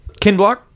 Kinblock